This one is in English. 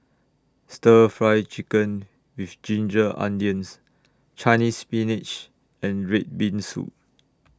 Stir Fry Chicken with Ginger Onions Chinese Spinach and Red Bean Soup